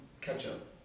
ketchup